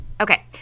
Okay